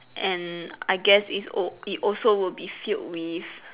and I guess is o~ it also will be filled with